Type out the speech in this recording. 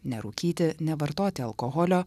nerūkyti nevartoti alkoholio